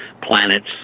planets